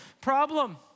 problem